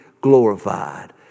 glorified